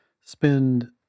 spend